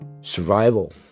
Survival